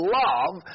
love